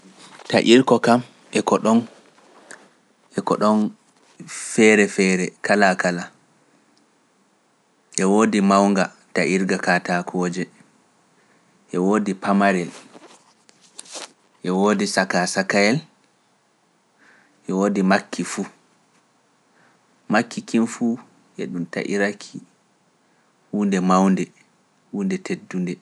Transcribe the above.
Taƴirko kam e ko ɗon feere feere kala kala, e woodi mawnga taƴirga kaatakooje, e woodi pamarel, e woodi saka sakael, e woodi makki fuu, makki kin fuu eɗum taƴiraki huunde mawnde huunde teddunde.